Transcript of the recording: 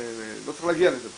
לא צריך להגיע לזה בכלל.